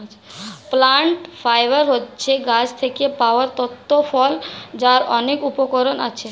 plant fibre হচ্ছে গাছ থেকে পাওয়া তন্তু ফল যার অনেক উপকরণ আছে